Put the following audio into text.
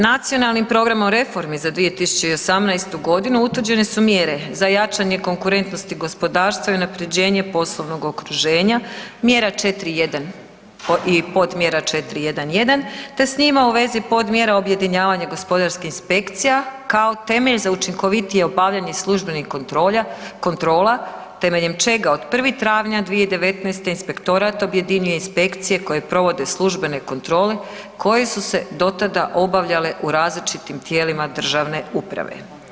Nacionalnim programom reformi za 2018. g. utvrđene su mjere za jačanje konkurentnosti gospodarstva i unaprjeđenje poslovnog okruženja, mjera 4.1. i podmjera 4.1.1. te s njima u vezi podmjera objedinjavanja gospodarskih inspekcija kao temelj za učinkovitije obavljanje službenih kontrola temeljem čega od 1. travnja 2019. inspektorat objedinjuje inspekcije koje provode službene kontrole koje su se do tada obavljene u različitim tijelima državne uprave.